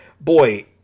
boy